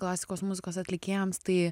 klasikos muzikos atlikėjams tai